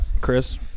Chris